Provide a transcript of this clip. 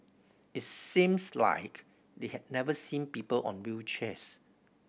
it seems like they had never seen people on wheelchairs